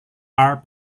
are